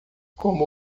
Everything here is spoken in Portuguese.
como